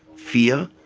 fear,